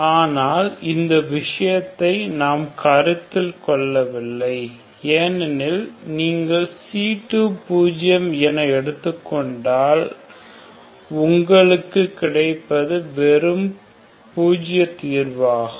ஆனால் இந்த விஷயத்தை நாம் கருத்தில் கொள்ளவில்லை ஏனெனில் நீங்கள் c2 பூஜியம் என எடுத்துக் கொண்டால் உங்கள் உங்களுக்கு கிடைப்பது வெறுமனே பூஜிய தீர்வாகும்